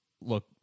look